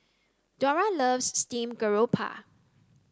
Dora loves steamed garoupa